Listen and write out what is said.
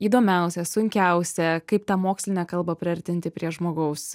įdomiausia sunkiausia kaip tą mokslinę kalbą priartinti prie žmogaus